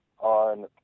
on